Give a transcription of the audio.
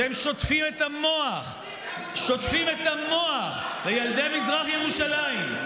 שהם שוטפים את המוח לילדי מזרח ירושלים,